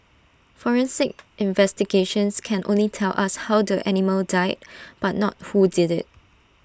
forensic investigations can only tell us how the animal died but not who did IT